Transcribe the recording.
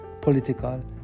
political